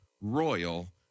royal